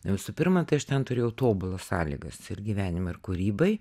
visų pirma tai aš ten turėjau tobulas sąlygas ir gyvenimą ir kūrybai